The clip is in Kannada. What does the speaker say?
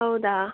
ಹೌದಾ